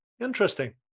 interesting